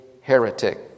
heretic